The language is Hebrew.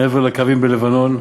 מעבר לקווים בלבנון,